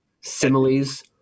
similes